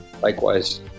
Likewise